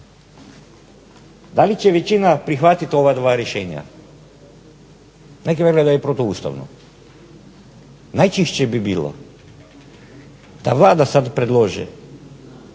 Da li će većina prihvatit ova dva rješenja? Neki vele da je protuustavno. Najčišće bi bilo da Vlada sad predloži